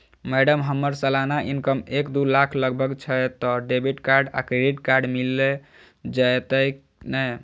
Madam हम्मर सलाना income एक दु लाख लगभग छैय तऽ डेबिट कार्ड आ क्रेडिट कार्ड मिल जतैई नै?